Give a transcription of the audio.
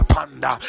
Panda